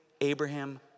Abraham